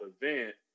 event